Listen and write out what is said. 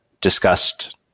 discussed